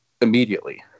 immediately